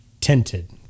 tinted